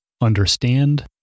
understand